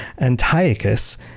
Antiochus